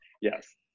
yes